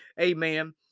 amen